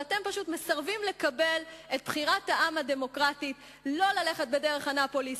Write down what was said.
ואתם פשוט מסרבים לקבל את בחירת העם הדמוקרטית: לא ללכת בדרך אנאפוליס,